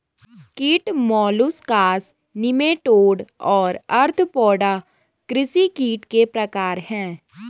कीट molluscs nematode और arthropoda कृषि कीट के प्रकार हैं